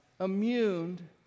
immune